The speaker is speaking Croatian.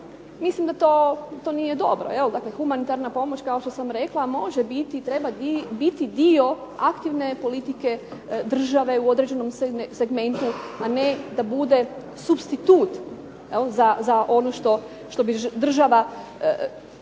mislim da to nije dobro jer humanitarna pomoć kao što sam rekla može biti, treba biti dio aktivne politike države u određenom segmentu, a ne da bude supstitut za ono što bi država